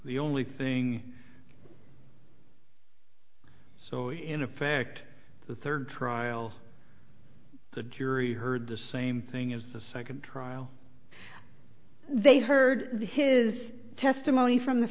the only thing so in effect the third trial the jury heard the same thing as the second trial they heard the his testimony from the